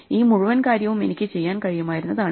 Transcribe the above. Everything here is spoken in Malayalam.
ഈ മുഴുവൻ കാര്യവും എനിക്ക് ചെയ്യാൻ കഴിയുമായിരുന്നതാണ്